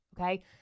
okay